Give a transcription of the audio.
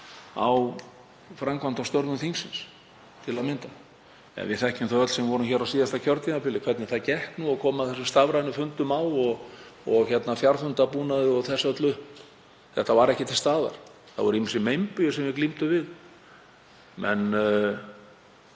á framkvæmd á störfum þingsins, til að mynda. Við þekkjum það öll sem vorum hér á síðasta kjörtímabili hvernig það gekk nú að koma þessum stafrænu fundum á með fjarfundarbúnaði og því öllu. Þetta var ekki til staðar. Það voru ýmsir meinbugir sem við glímdum við; það